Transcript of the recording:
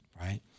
Right